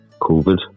COVID